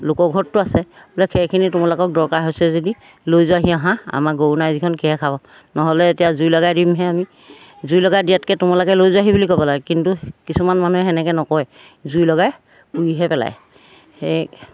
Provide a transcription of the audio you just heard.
লোকৰ ঘৰতটো আছে বোলে সেইখিনি তোমালোকক দৰকাৰ হৈছে যদি লৈ যোৱা সি অহা আমাৰ গৰু নাই যিখন খেৰ কিহে খাব নহ'লে এতিয়া জুই লগাই দিমহে আমি জুই লগাই দিয়াতকৈ তোমালোকে লৈ যোৱাহি বুলি ক'ব লাগে কিন্তু কিছুমান মানুহে সেনেকৈ নকয় জুই লগাই পুৰিহে পেলায় সেই